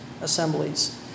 assemblies